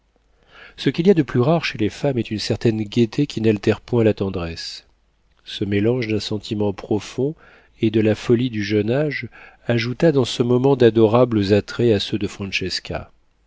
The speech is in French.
ce qu'il y a de plus rare chez les femmes est une certaine gaieté qui n'altère point la tendresse ce mélange d'un sentiment profond et de la folie du jeune âge ajouta dans ce moment d'adorables attraits à ceux de